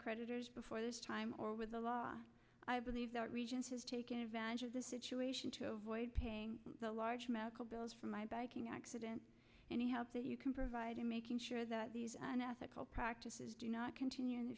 creditors before this time or with the law i believe that regents is taking advantage of the situation to avoid paying the large medical bills for my biking accident any help that you can provide to making sure that these are unethical practices do not continue in the